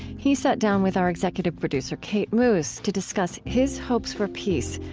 he sat down with our executive producer, kate moos, to discuss his hopes for peace,